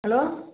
hello